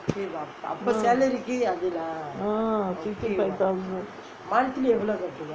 ah sixty five thousand